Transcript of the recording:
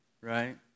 right